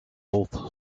both